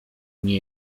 nie